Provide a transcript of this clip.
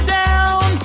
down